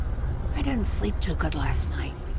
i didn't sleep too good last night.